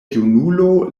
junulo